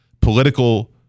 political